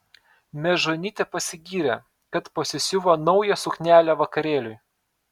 mežonytė pasigyrė kad pasisiuvo naują suknelę vakarėliui